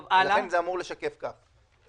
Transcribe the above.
לכן, זה אמור לשקף כך.